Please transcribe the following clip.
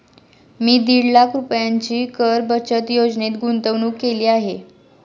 मी दीड लाख रुपयांची कर बचत योजनेत गुंतवणूक केली आहे